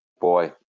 Boy